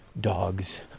dogs